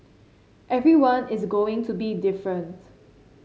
everyone is going to be different